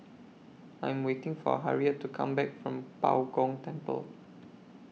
I Am waiting For Harriet to Come Back from Bao Gong Temple